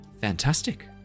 Fantastic